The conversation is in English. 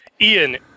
Ian